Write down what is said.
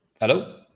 Hello